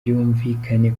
byumvikane